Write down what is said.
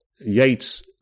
Yates